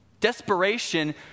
Desperation